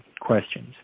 questions